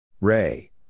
Ray